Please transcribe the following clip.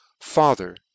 father